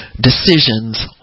decisions